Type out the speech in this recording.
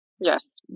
Yes